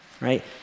right